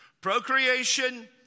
Procreation